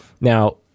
Now